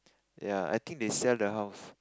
ya I think they sell the house